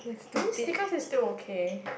I mean sticker is still okay